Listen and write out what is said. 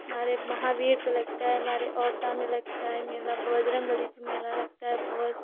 हमारे महावीर को लगता है हमारे औता में लगता है मेला बजरंगबली का मेला लगता है बहुत